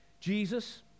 Jesus